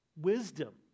wisdom